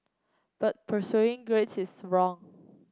but pursuing grades is wrong